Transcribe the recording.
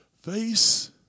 face